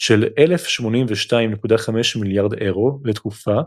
של 1,082.5 מיליארד אירו לתקופה